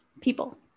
people